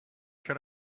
can